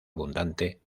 abundante